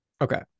Okay